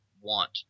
want